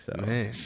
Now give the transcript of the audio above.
Man